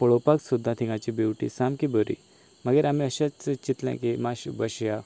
पळोवपाक सुद्दां तिंगाची ब्युटी सामकी बरी मागीर आमी अशेंच चिंतलें की मातशे बसया